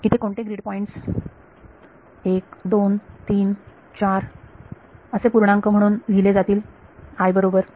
इथे कोणते grid points 1 2 3 4 असे पूर्णांक म्हणून लिहिले जातील i बरोबर